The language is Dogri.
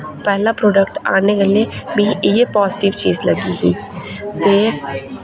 पैह्ला पैह्ला प्रोडक्ट लाने कन्नै मिगी इ'यै पॉजिटिव चीज लग्गी ही ते